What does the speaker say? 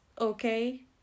okay